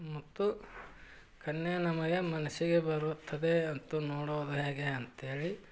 ಮತ್ತು ಕನ್ಯೆ ನಮಗೆ ಮನಸ್ಸಿಗೆ ಬರುತ್ತದೆ ಅಂತ ನೋಡೋದು ಹೇಗೆ ಅಂತ್ಹೇಳಿ